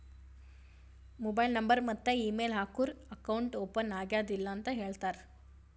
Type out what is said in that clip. mobile number ಮತ್ತ email ಹಾಕೂರ್ account open ಆಗ್ಯಾದ್ ಇಲ್ಲ ಅಂತ ಹೇಳ್ತಾರ್